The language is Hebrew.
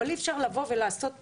אבל אי אפשר לעשות מעלית,